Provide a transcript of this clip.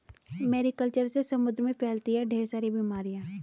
Mary culture से समुद्र में फैलती है ढेर सारी बीमारियां